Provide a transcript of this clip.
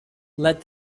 let